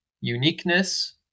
uniqueness